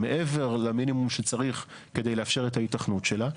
מעבר למינימום שצריך כדי לאפשר את ההיתכנות שלה,